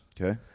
Okay